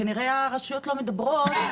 כנראה הרשויות לא מדברות,